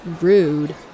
rude